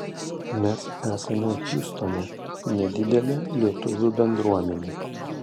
mes esame hjustone nedidelė lietuvių bendruomenė